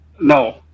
no